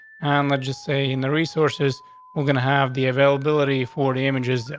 and let's just say in the resources we're going to have the availability for the images.